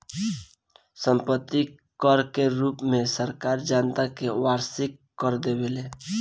सम्पत्ति कर के रूप में सरकार जनता से वार्षिक कर लेवेले